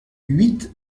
huit